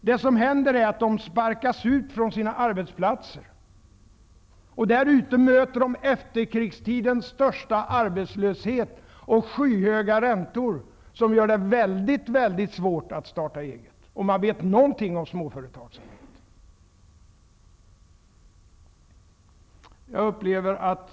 Det som händer är att de sparkas ut från sina arbetsplatser, för att möta efterkrigstidens största arbetslöshet och skyhöga räntor, som gör det väldigt svårt att starta eget företag. Om man vet någonting om småföretagsamhet inser man det.